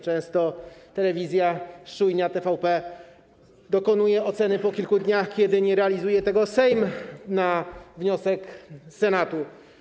Często telewizja, szczujnia TVP dokonuje oceny po kilku dniach, kiedy nie realizuje tego Sejm na wniosek Senatu.